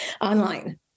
online